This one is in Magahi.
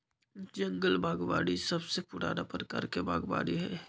जंगल बागवानी सबसे पुराना प्रकार के बागवानी हई